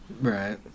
Right